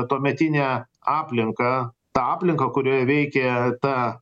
tuometinę aplinką tą aplinką kurioje veikė ta